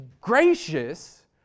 gracious